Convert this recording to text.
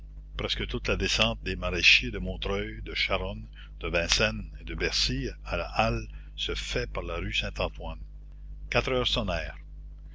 presque toute la descente des maraîchers de montreuil de charonne de vincennes et de bercy à la halle se fait par la rue saint-antoine quatre heures